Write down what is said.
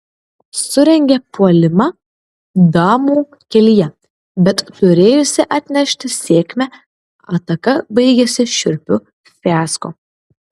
surengia puolimą damų kelyje bet turėjusi atnešti sėkmę ataka baigiasi šiurpiu fiasko